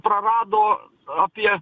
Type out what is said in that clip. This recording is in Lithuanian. prarado apie